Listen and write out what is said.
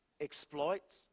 exploits